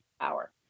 power